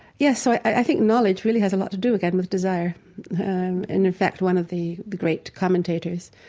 yeah so i think knowledge really has a lot to do again with desire in in fact, one of the the great commentators,